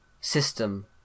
system